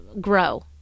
grow